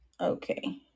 Okay